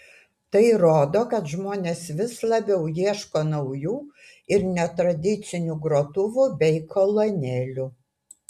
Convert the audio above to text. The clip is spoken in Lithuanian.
tai rodo kad žmonės vis labiau ieško naujų ir netradicinių grotuvų bei kolonėlių